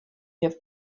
have